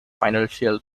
financial